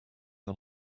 are